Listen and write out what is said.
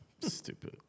Stupid